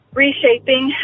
reshaping